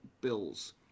bills